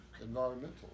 environmental